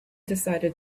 decided